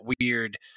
weird